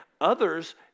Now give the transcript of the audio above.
Others